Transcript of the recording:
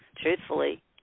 truthfully